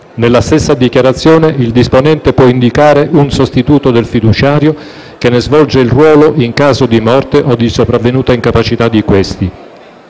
Nella stessa dichiarazione il disponente può indicare un sostituto del fiduciario che ne svolge il ruolo in caso di morte o di sopravvenuta incapacità di questi,